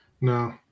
No